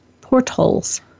Portals